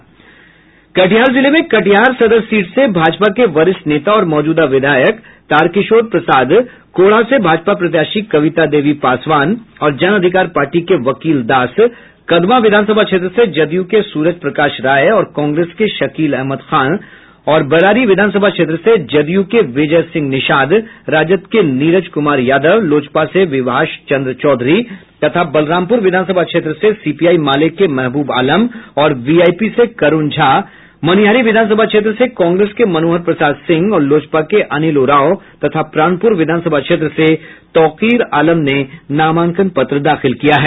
वहीं कटिहार जिले में कटिहार सदर सीट से भाजपा के वरिष्ठ नेता और मौजूदा विधायक तारकिशोर प्रसाद कोढ़ा से भाजपा प्रत्याशी कविता देवी पासवान और जन अधिकार पार्टी के वकील दास कदवा विधानसभा क्षेत्र से जदयू के सूरज प्रकाश रॉय और कांग्रेस के शकील अहमद खां और बरारी विधानसभा क्षेत्र से जदयू के विजय सिंह निषाद राजद के नीरज कुमार यादव लोजपा से विभाष चंद्र चौधरी तथा बलरामपुर विधानसभा क्षेत्र से सीपीआई माले के महबूब आलम और वीआईपी से वरूण झा मनिहारी विधानसभा क्षेत्र से कांग्रेस के मनोहर प्रसाद सिंह और लोजपा के अनिल उरांव तथा प्राणपुर विधानसभा क्षेत्र से तौकीर आलम ने नामांकन पत्र दाखिल किया है